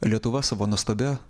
lietuva savo nuostabia